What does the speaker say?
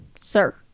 sir